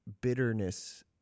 bitterness